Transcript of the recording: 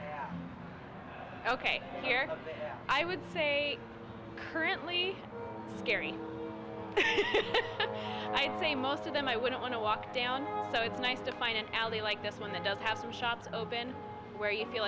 here i would say currently scary i'd say most of them i wouldn't want to walk down so it's nice to find an alley like this one that does have some shops open where you feel